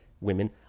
women